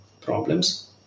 problems